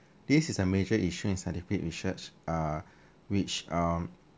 this is a major issue in scientific research uh which um